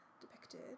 depicted